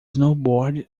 snowboard